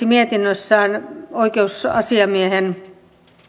mietinnössään oikeusasiamiehen